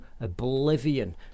oblivion